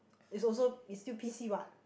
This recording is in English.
it's also it's still P_C what